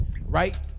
right